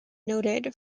noted